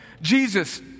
Jesus